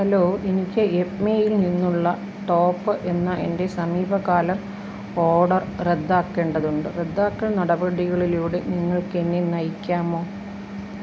hello എനിക്ക് യെപ്മേയിൽ നിന്നുള്ള ടോപ്പ് എന്ന എൻ്റെ സമീപകാല ഓർഡർ റദ്ദാക്കേണ്ടതുണ്ട് റദ്ദാക്കൽ നടപടികളിലൂടെ നിങ്ങൾക്ക് എന്നെ നയിക്കാമോ